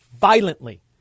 violently